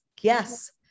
yes